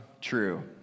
true